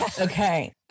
Okay